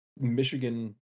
michigan